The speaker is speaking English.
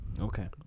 Okay